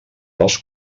dels